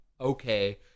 okay